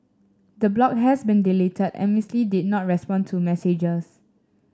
the blog has been deleted and Miss Lee did not respond to messages